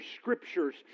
scriptures